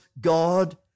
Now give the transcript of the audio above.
God